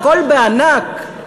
הכול בענק,